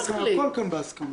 הכול כאן בהסכמה.